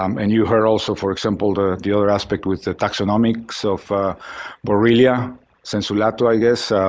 um and you heard also, for example, the dealer aspect with the taxonomics of borrelia sensu lato, i guess.